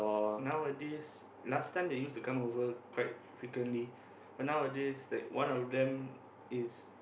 nowadays last time they used to come over quite frequently but nowadays like one of them is